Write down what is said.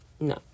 no